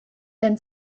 then